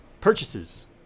purchases